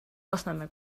lasnamäe